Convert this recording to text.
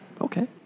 okay